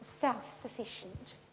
self-sufficient